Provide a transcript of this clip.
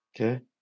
Okay